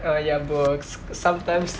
ya ya bro sometimes